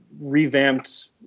revamped